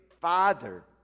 Father